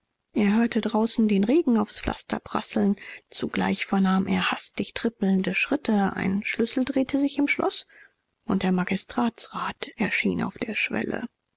er hörte draußen den regen aufs pflaster prasseln zugleich vernahm er hastig trippelnde schritte ein schlüssel drehte sich im schloß und der magistratsrat erschien auf der schwelle